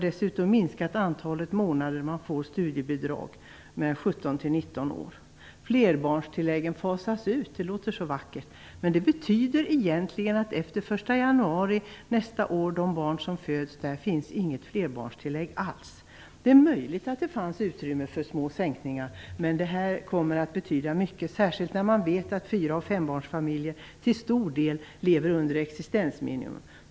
Dessutom har antalet månader man får studiebidrag minskats. Flerbarnstilläggen fasas ut. Det låter så vackert, men det betyder egentligen att det för de barn som föds efter den 1 januari nästa år inte finns något flerbarnstilläg alls. Det är möjligt att det fanns utrymme för små sänkningar, men det här kommer att betyda mycket, särskilt när man vet att fyra och fembarnsfamiljer till stor del lever under existensminimum.